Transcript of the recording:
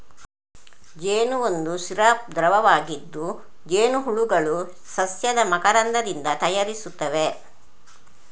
ಜೇನು ಒಂದು ಸಿರಪ್ ದ್ರವವಾಗಿದ್ದು, ಜೇನುಹುಳುಗಳು ಸಸ್ಯದ ಮಕರಂದದಿಂದ ತಯಾರಿಸುತ್ತವೆ